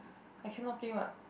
I cannot play what